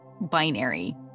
binary